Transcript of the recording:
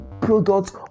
products